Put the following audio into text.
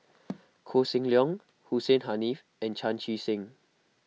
Koh Seng Leong Hussein Haniff and Chan Chee Seng